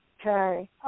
Okay